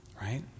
Right